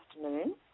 afternoon